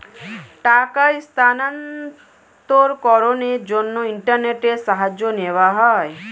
টাকার স্থানান্তরকরণের জন্য ইন্টারনেটের সাহায্য নেওয়া হয়